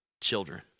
children